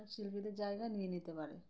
শিল্পীদের জায়গায় নিয়ে নিতে পারে